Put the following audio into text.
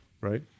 right